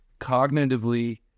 cognitively